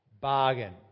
Bargain